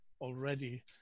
already